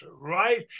right